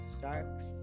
sharks